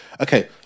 Okay